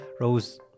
Rose